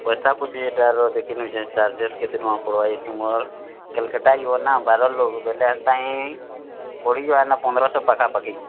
ପଇସାପୁଇସି ଇତା'ର୍ ଦେଖି ନେଉଛେ ଚାର୍ଜେସ୍ କେତେ ଟଙ୍କା ପଡ଼୍ବା ଯେ ତମର୍ କୋଲ୍କାତା ଯିବ ନା ବାର ଲୋକ୍ ବେଲେ ହେନ୍ତା ହିଁ ପାଇଁ ପଡ଼ିଯିବା ହେନ ପନ୍ଦର୍ଶହ ପାଖାପାଖି